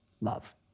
love